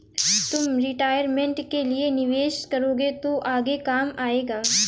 तुम रिटायरमेंट के लिए निवेश करोगे तो आगे काम आएगा